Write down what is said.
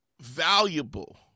valuable